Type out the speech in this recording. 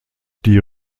die